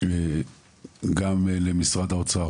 גם למשרד האוצר